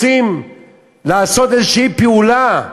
רוצים לעשות איזו פעולה,